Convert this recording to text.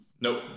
Nope